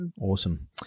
Awesome